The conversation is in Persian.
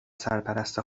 سرپرست